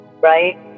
right